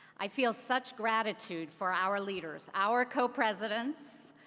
i feel such gratitude for our leaders, our co-presidents,